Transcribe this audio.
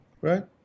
Right